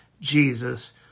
Jesus